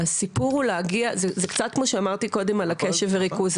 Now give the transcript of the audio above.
זה קצת כמו שאמרתי קודם על הקשב וריכוז,